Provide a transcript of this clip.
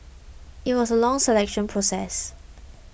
it was a long selection process